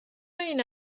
این